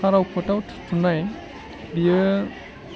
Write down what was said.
काराव फोथाव थुनाय बियो